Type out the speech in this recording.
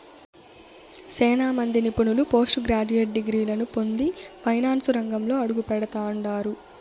సేనా మంది నిపుణులు పోస్టు గ్రాడ్యుయేట్ డిగ్రీలని పొంది ఫైనాన్సు రంగంలో అడుగుపెడతండారు